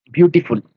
Beautiful